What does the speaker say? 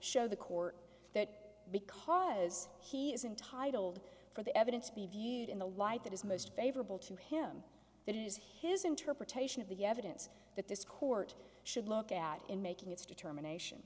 show the court that because he is entitled for the evidence be viewed in the light that is most favorable to him that is his interpretation of the evidence that this court should look at in making its determination